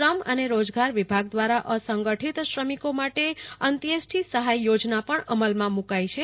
શ્રમ અને રોજગાર વિભાગ દવારા અસંગઠિત શ્રમિકો માટે અત્યષ્ઠી સહાય યોજના પણ અમલમાં મુકાઈ છે